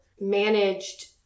managed